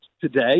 today